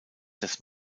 des